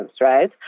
right